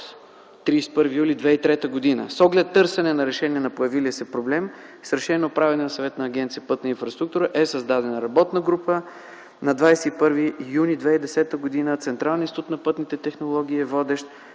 31 юли 2003 г. С оглед търсене на решение на появилия се проблем с решение на Управителния съвет на Агенция „Пътна инфраструктура” е създадена работна група. На 21 юли 2010 г. Централният институт на пътните технологии е водещ,